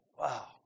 wow